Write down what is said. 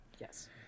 Yes